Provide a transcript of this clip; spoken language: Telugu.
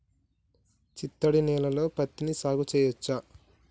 చిత్తడి నేలలో పత్తిని సాగు చేయచ్చా?